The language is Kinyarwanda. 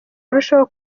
arushaho